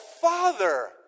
father